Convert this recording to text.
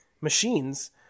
machines